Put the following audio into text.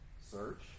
search